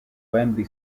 wembley